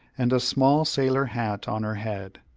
and a small sailor hat on her head.